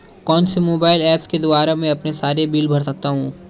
कौनसे mobile apps के द्वारा मैं अपने सारे बिल भर सकता हूं?